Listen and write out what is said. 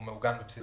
מעוגן בבסיס התקציב.